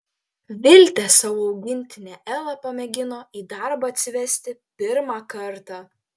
viltė savo augintinę elą pamėgino į darbą atsivesti pirmą kartą